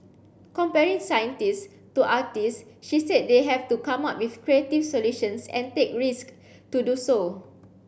comparing scientists to artists she said they have to come up with creative solutions and take risk to do so